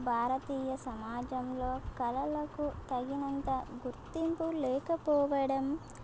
భారతీయ సమాజంలో కళలకు తగినంత గుర్తింపు లేకపోవడం